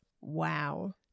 wow